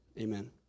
Amen